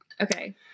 Okay